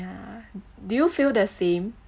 yeah do you feel the same